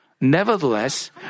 Nevertheless